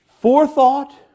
forethought